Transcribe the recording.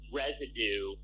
residue